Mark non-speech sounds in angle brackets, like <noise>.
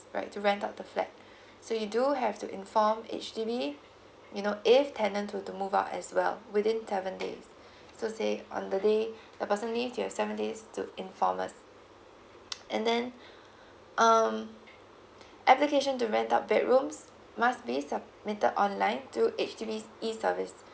right to rent out the flat so you do have to inform H_D_B you know if tenant to to move out as well within seven days so say on the day the person leaves you have seven days to inform us <noise> and then um application to rent out bedrooms must be submitted online through H_D_B's E service